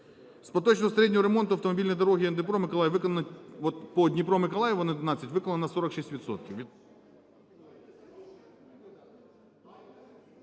З поточного середнього ремонту автомобільної дороги Дніпро-Миколаїв виконано, от